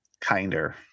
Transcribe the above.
kinder